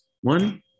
One